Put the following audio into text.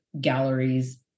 galleries